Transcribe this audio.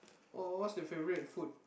oh what's your favourite food